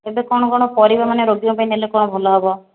ଏବେ କ'ଣ କ'ଣ ପରିବା ମାନେ ରୋଗୀଙ୍କ ପାଇଁ ନେଲେ କ'ଣ ଭଲ ହେବ